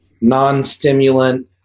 non-stimulant